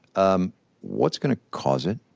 um what's going to cause it.